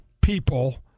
people